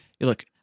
look